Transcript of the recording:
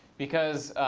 because